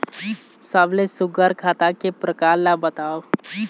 सबले सुघ्घर खाता के प्रकार ला बताव?